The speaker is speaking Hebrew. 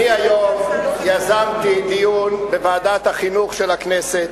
אני יזמתי היום דיון בוועדת החינוך של הכנסת,